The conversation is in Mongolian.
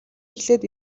эхлээд